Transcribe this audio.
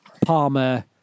Palmer